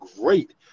great